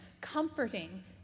comforting